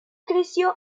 creció